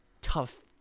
tough